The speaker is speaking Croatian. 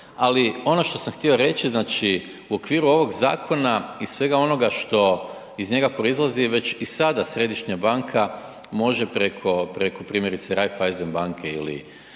Ali ono što sam htio reći, znači u okviru ovog zakona i svega onoga što iz njega proizlazi je već i sada središnja banka može preko primjerice Raiffeisen banke ili